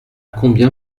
combien